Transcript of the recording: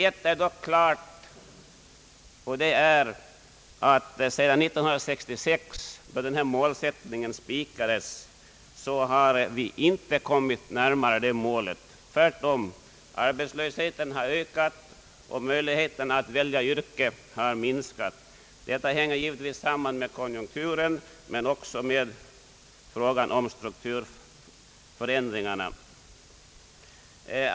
Ett står dock klart, och det är att sedan målsättningen spikades 1966 har vi inte kommit närmare målet — tvärtom har arbetslösheten ökat och möjligheterna att välja yrke minskat. Detta hänger givetvis samman med konjunkturen men också med strukturförändringarna.